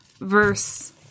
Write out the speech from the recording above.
verse